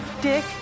dick